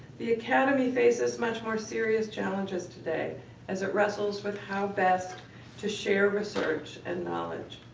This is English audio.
the academy faces much more serious challenges today as it wrestles with how best to share research and knowledge.